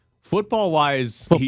Football-wise